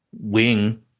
wing